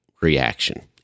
reaction